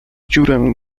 dziurę